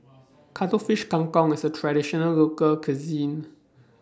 Cuttlefish Kang Kong IS A Traditional Local Cuisine